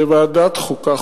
בוועדת החוקה,